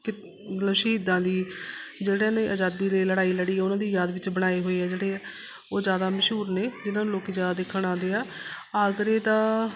ਕਿ ਸ਼ਹੀਦਾਂ ਦੀ ਜਿਹੜਿਆਂ ਨੇ ਆਜ਼ਾਦੀ ਲਈ ਲੜਾਈ ਲੜੀ ਉਹਨਾਂ ਦੀ ਯਾਦ ਵਿੱਚ ਬਣਾਏ ਹੋੇਏ ਆ ਜਿਹੜੇ ਉਹ ਜ਼ਿਆਦਾ ਮਸ਼ਹੂਰ ਨੇ ਜਿਹਨਾਂ ਨੂੰ ਲੋਕ ਜ਼ਿਆਦਾ ਦੇਖਣ ਆਉਂਦੇ ਆ ਆਗਰੇ ਦਾ